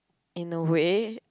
in a way